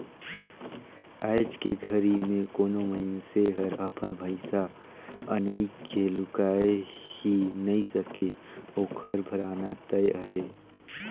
आयज के घरी मे कोनो मइनसे हर अपन पइसा अनई के लुकाय ही नइ सके ओखर धराना तय अहे